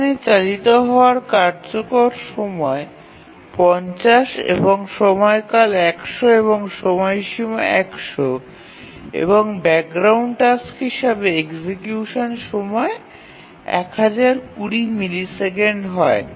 এখানে চালিত হওয়ার কার্যকর সময় ৫০ সময়কাল ১০০ এবং সময়সীমা ১০০ এবং ব্যাকগ্রাউন্ড টাস্ক হিসাবে এক্সিকিউশন সময় ১০২০ মিলিসেকেন্ড হয়